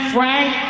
Frank